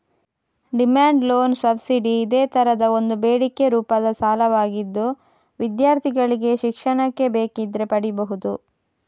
demand loan subsidy ಇದೇ ತರದ ಒಂದು ಬೇಡಿಕೆ ರೂಪದ ಸಾಲವಾಗಿದ್ದು ವಿದ್ಯಾರ್ಥಿಗಳಿಗೆ ಶಿಕ್ಷಣಕ್ಕೆ ಬೇಕಿದ್ರೆ ಪಡೀಬಹುದು